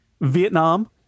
Vietnam